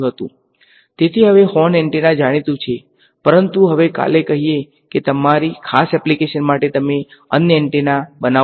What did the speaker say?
તેથી હવે horn antenna જાણીતું છે પરંતુ હવે કાલે કહીએ કે તમારી ખાસ એપ્લિકેશન માટે તમે અન્ય એન્ટેના બનાવો છો